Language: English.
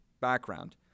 background